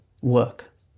work